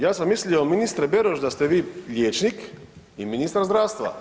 Ja sam mislio ministre Beroš, da ste vi liječnik i ministar zdravstva.